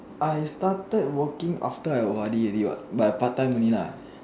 I started working after I O_R_D already what but I part time only lah